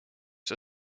see